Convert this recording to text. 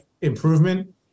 improvement